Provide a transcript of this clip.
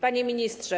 Panie Ministrze!